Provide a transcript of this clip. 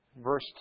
verse